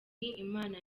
imana